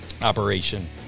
operation